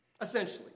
Essentially